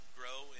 grow